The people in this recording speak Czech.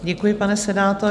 Děkuji, pane senátore.